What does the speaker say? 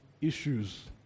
issues